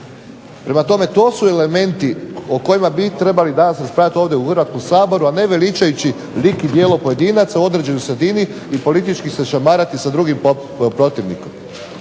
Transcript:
Prema tome, to su elementi o kojima bi trebali danas raspravljati ovdje u Hrvatskom saboru, a ne veličajući lik i djelo pojedinaca u određenoj sredini i politički se šamarati sa drugim protivnikom.